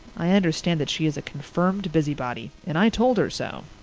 i understand that she is a confirmed busybody and i told her so.